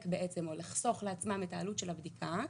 או לחסוך לעצמם את העלות של הבדיקה.